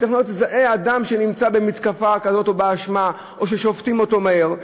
הטכנולוגיה תזהה אדם שנמצא במתקפה כזאת או בהאשמה או ששופטים אותו מהר,